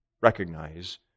recognize